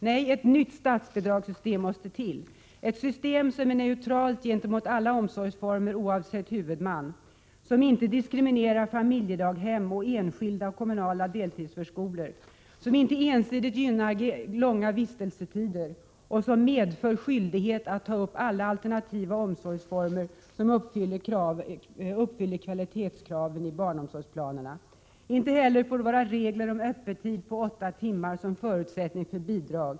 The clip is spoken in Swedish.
Nej, ett nytt statsbidragssystem måste till, ett system som är neutralt gentemot alla omsorgsformer oavsett huvudman, som inte diskriminerar familjedaghem och enskilda och kommunala deltidsförskolor, som inte ensidigt gynnar långa vistelsetider och som medför skyldighet att ta upp alla alternativa omsorgsformer som uppfyller kvalitetskraven i barnomsorgsplanerna. Inte heller får det vara regler om öppettid på åtta timmar som förutsättning för bidrag.